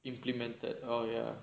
implement that oh ya